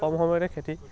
কম সময়তে খেতি